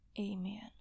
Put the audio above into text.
amen